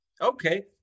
Okay